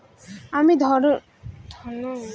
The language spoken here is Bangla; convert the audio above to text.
আমি ধনতেরাসের দিন সোনার গয়না কিনতে চাই ঝণ পাওয়া যাবে?